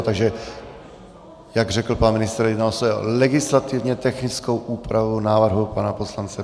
Takže jak řekl pan ministr, jedná se o legislativně technickou úpravu návrhu pana poslance Bauera.